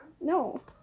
No